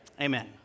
Amen